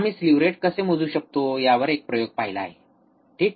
आम्ही sleeve rate कसे मोजू शकतो यावर एक प्रयोग पाहिला आहे ठीक